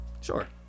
Sure